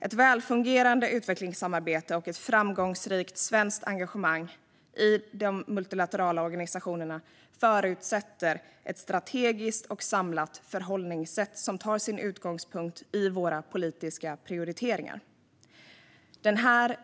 Ett välfungerande utvecklingssamarbete och ett framgångsrikt svenskt engagemang i de multilaterala organisationerna förutsätter ett strategiskt och samlat förhållningssätt som tar sin utgångspunkt i våra politiska prioriteringar.